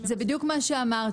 זה בדיוק מה שאמרתי.